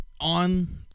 on